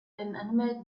inanimate